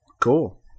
Cool